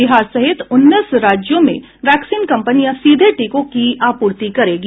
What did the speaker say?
बिहार सहित उन्नीस राज्यों में वैक्सीन कंपनियां सीधे टीकों की आपूर्ति करेगी